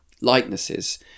likenesses